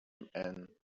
and